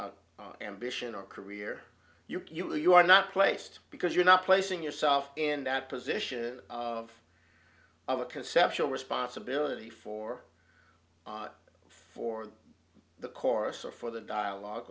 know ambition or career you will you are not placed because you're not placing yourself in that position of a conceptual responsibility for for the course or for the dialogue